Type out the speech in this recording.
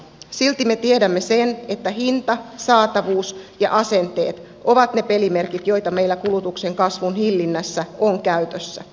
silti me tiedämme sen että hinta saatavuus ja asenteet ovat ne pelimerkit joita meillä kulutuksen kasvun hillinnässä on käytössä